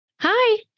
hi